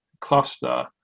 cluster